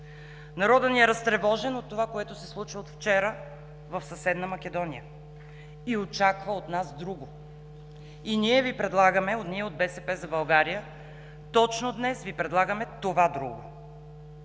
Народът ни е разтревожен от това, което се случва от вчера в съседна Македония и очаква от нас друго. И ние от БСП за България Ви предлагаме, точно днес Ви предлагаме това друго!